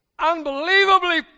Unbelievably